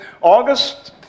August